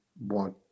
want